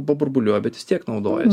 paburbuliuoja bet vis tiek naudojas